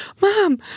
mom